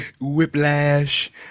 whiplash